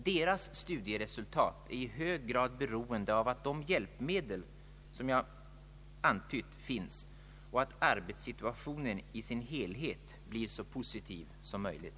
Deras studieresultat är i hög grad beroende av att de hjälpmedel finns som jag har antytt och att arbetssituationen i sin helhet blir så positiv som möjligt.